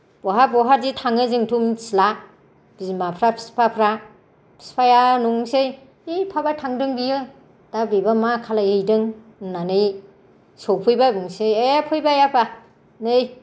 बहा बहादि थाङो जोंथ' मिथिला बिमाफ्रा बिफाफ्रा बिफाया नंसै ऐ बहाबा थांदों बियो दा बेबा मा खालामहैदों होननानै सौफैबा बुंनोसै ए फैबाय आफा नै